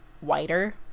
whiter